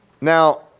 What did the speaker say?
Now